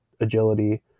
agility